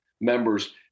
members